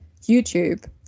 YouTube